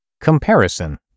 Comparison